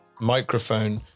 microphone